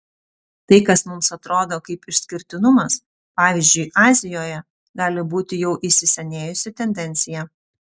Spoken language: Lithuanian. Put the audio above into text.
tai kas mums atrodo kaip išskirtinumas pavyzdžiui azijoje gali būti jau įsisenėjusi tendencija